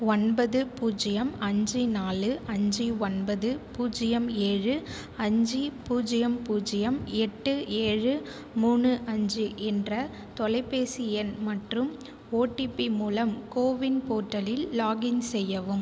ஒன்பது பூஜ்ஜியம் அஞ்சு நாலு அஞ்சு ஒன்பது பூஜ்ஜியம் ஏழு அஞ்சு பூஜ்ஜியம் பூஜ்ஜியம் எட்டு ஏழு மூணு அஞ்சு என்ற தொலைபேசி எண் மற்றும் ஓடிபி மூலம் கோவின் போர்ட்டலில் லாகின் செய்யவும்